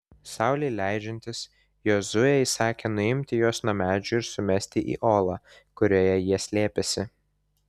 saulei leidžiantis jozuė įsakė nuimti juos nuo medžių ir sumesti į olą kurioje jie slėpėsi